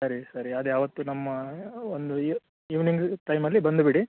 ಸರಿ ಸರಿ ಅದೇ ಅವತ್ತು ನಮ್ಮ ಒಂದು ಈವ್ನಿಂಗ್ ಟೈಮಲ್ಲಿ ಬಂದು ಬಿಡಿ